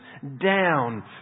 down